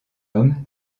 homme